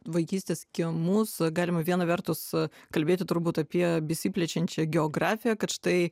vaikystės kiemus galima viena vertus kalbėti turbūt apie besiplečiančią geografiją kad štai